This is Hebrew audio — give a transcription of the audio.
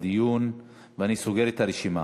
ואני סוגר את הרשימה.